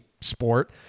sport